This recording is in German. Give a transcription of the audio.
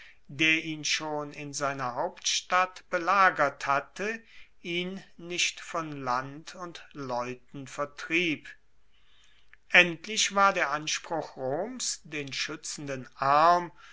der ihn schon in seiner hauptstadt belagert hatte ihn nicht von land und leuten vertrieb endlich war der anspruch roms den schuetzenden arm